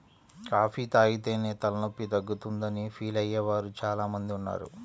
coffee తాగితేనే తలనొప్పి తగ్గుతుందని ఫీల్ అయ్యే వారు చాలా మంది ఉన్నారు